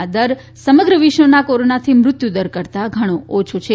આ દર સમગ્ર વિશ્વના કોરોનાથી મૃત્યુદર કરતા ઘણો ઓછો છે